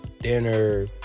dinner